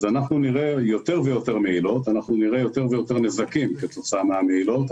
אז אנחנו נראה יותר ויותר מהילות ויותר ויותר נזקים כתוצאה מהמהילות,